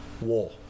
war